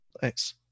Thanks